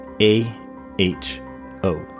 A-H-O